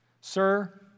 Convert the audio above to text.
Sir